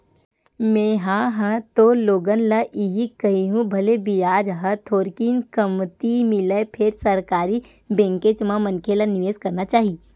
में हा ह तो लोगन ल इही कहिहूँ भले बियाज ह थोरकिन कमती मिलय फेर सरकारी बेंकेच म मनखे ल निवेस करना चाही